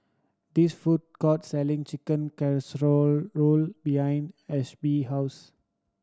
these food court selling Chicken Casserole behind Ashby house